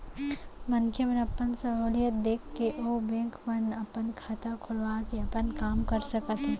मनखे मन अपन सहूलियत देख के ओ बेंक मन म अपन खाता खोलवा के अपन काम कर सकत हें